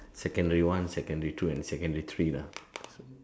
secondary one secondary two and secondary three lah